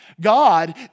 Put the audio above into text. God